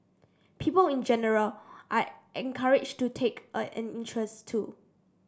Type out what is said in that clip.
people in general are encouraged to take a an interest too